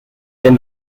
then